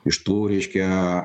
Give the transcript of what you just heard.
iš tų reiškia